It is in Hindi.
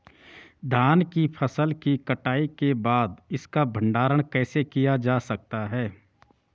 धान की फसल की कटाई के बाद इसका भंडारण कैसे किया जा सकता है?